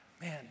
Man